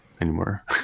anymore